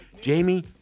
Jamie